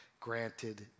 granted